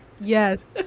Yes